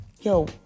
Yo